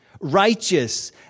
Righteous